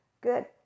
Good